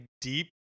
deep